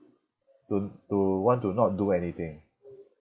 to to want to not do anything